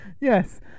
Yes